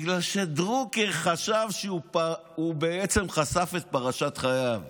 בגלל שדרוקר חשב שהוא בעצם חשף את פרשת חייו.